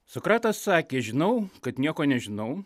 sokratas sakė žinau kad nieko nežinau